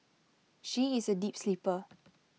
she is A deep sleeper